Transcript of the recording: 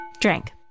drink